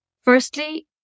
Firstly